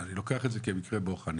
אני לוקח את זה כמקרה בוחן,